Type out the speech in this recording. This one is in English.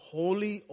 holy